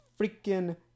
freaking